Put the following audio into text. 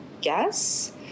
guess